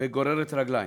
וגוררת רגליים.